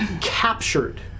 captured